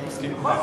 אני מסכים אתך.